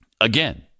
again